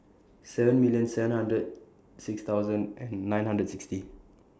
seven million seven hundred six thousand and nine hundred and sixty